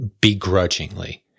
begrudgingly